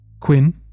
Quinn